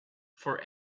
for